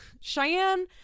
Cheyenne